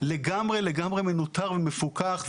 לגמרי לגמרי מנוטר ומפוקח.